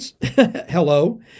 Hello